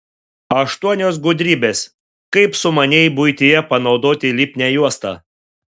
aštuonios gudrybės kaip sumaniai buityje panaudoti lipnią juostą